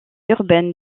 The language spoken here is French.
urbaine